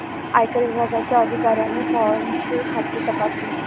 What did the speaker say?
आयकर विभागाच्या अधिकाऱ्याने फॉर्मचे खाते तपासले